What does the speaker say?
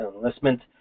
enlistment